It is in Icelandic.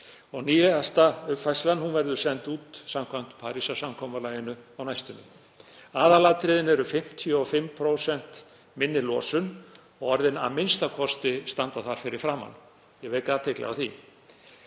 Nýjasta uppfærslan verður send út samkvæmt Parísarsamkomulaginu á næstunni. Aðalatriðin eru 55% minni losun og orðin „að minnsta kosti“ standa þar fyrir framan, ég vek athygli á því.